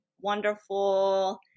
wonderful